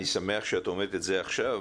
אני שמח שאת אומרת את זה עכשיו,